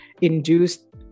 induced